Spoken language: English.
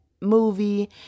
movie